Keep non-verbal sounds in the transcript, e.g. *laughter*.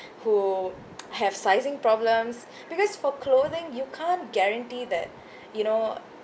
who *noise* have sizing problems because for clothing you can't guarantee that you know